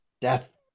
death